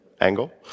angle